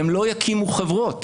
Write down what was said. הם לא יקימו חברות